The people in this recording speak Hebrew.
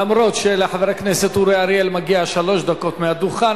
אומנם לחבר הכנסת אורי אריאל מגיע שלוש דקות מהדוכן,